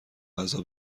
غذا